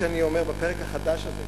כשאני אומר הפרק החדש הזה,